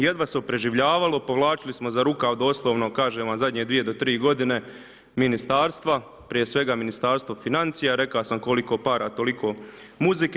Jedva se preživljavalo, povlačili smo za rukav doslovno kažem vam, zadnje dvije do tri godine ministarstva, prije svega Ministarstvo financija, rekao sam koliko para, toliko muzike.